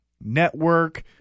network